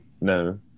no